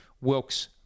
Wilkes